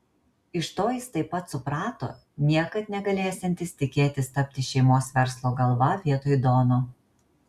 iš to jis taip pat suprato niekad negalėsiantis tikėtis tapti šeimos verslo galva vietoj dono